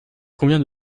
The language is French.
convient